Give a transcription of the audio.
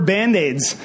band-aids